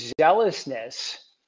zealousness